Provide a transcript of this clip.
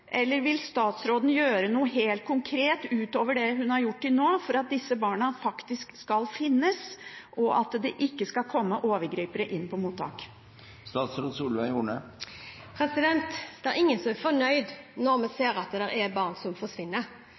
eller vil statsråden gjøre noe helt konkret utover det hun har gjort til nå, for at disse barna faktisk skal bli funnet, og at det ikke skal komme overgripere inn på mottak? Det er ingen som er fornøyd når vi ser at det er barn som forsvinner,